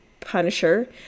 Punisher